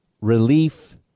relief